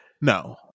No